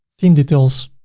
theme details.